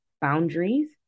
boundaries